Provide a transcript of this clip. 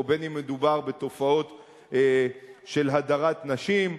או אם מדובר בתופעות של הדרת נשים,